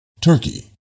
Turkey